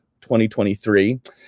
2023